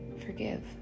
Forgive